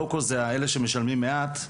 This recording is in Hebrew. של אלה שמשלמים מעט,